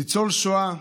ניצול שואה.